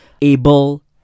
able